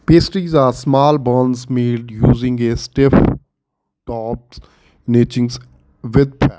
pastries are small buns made using is stiff tops nothing with ਚੈ